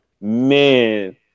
Man